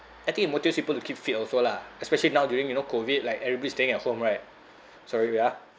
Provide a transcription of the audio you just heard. I think it motivates people to keep fit also lah especially now during you know COVID like everybody's staying at home right sorry via